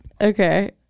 okay